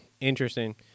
interesting